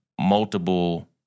multiple